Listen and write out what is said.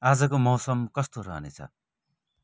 आजको मौसम कस्तो रहनेछ